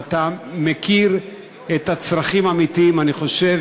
ואתה מכיר את הצרכים האמיתיים: אני חושב